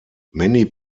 many